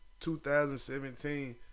2017